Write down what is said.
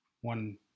one